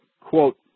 quote